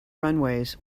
runways